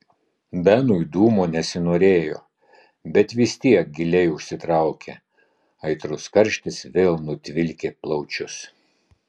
benui dūmo nesinorėjo bet vis tiek giliai užsitraukė aitrus karštis vėl nutvilkė plaučius